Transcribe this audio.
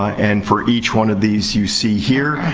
and, for each one of these you see here,